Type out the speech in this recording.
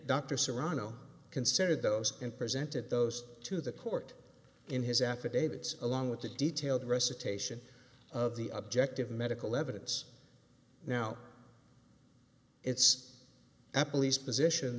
dr serrano considered those and presented those to the court in his affidavits along with a detailed recitation of the objective medical evidence now it's apple east position